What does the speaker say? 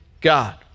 God